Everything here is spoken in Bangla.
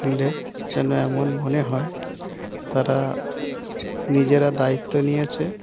খুলে যেন এমন মনে হয় তারা নিজেরা দায়িত্ব নিয়েছে